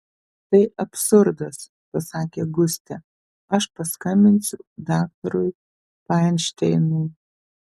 tai absurdas pasakė gustė aš paskambinsiu daktarui fainšteinui